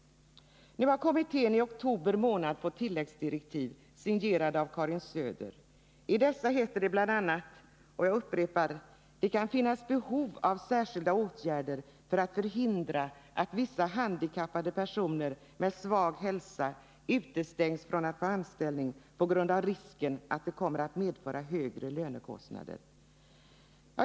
Kommittén har i oktober månad fått tilläggsdirektiv signerade av Karin Söder. I dessa heter det bl.a. att det kan finnas behov av särskilda åtgärder för att förhindra att vissa handikappade personer med svag hälsa utestängs från att få anställning på grund av risken att de kommer att medföra högre lönekostnader.